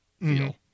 feel